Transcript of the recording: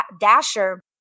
dasher